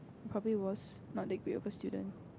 probably was not that great of a student